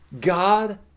god